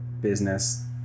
business